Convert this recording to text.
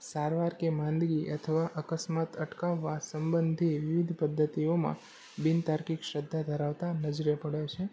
સારવાર કે માંદગી અથવા અકસ્માત અટકાવવા સંબંધી વિવિધ પદ્ધતિઓમાં બિન તાર્કિક શ્રદ્ધા ધરાવતાં નજરે પડે છે